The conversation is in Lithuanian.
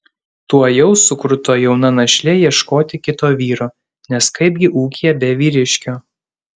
tuojau sukruto jauna našlė ieškoti kito vyro nes kaipgi ūkyje be vyriškio